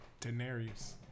Daenerys